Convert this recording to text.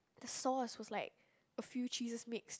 the sauce was like a few cheeses mixed